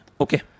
Okay